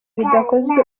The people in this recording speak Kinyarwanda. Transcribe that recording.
bidakozwe